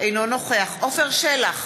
אינו נוכח עפר שלח,